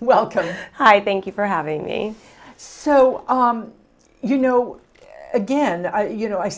welcome hi thank you for having me so you know again you know i